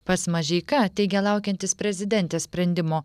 pats mažeika teigia laukiantis prezidentės sprendimo